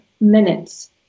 minutes